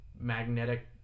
magnetic